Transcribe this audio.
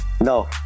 No